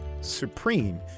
supreme